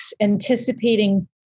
anticipating